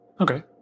Okay